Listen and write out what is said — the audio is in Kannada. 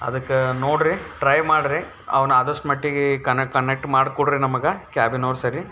ಅದಕ್ಕೆ ನೋಡಿರಿ ಟ್ರೈ ಮಾಡಿರಿ ಅವ್ನು ಆದಷ್ಟು ಮಟ್ಟಿಗೆ ಕನೆ ಕನೆಕ್ಟ್ ಮಾಡ್ಕೊಡ್ರಿ ನಮಗೆ ಕ್ಯಾಬಿನವ್ರು ಸರಿ